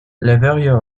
levrioù